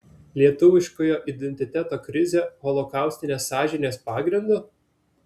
lietuviškojo identiteto krizė holokaustinės sąžinės pagrindu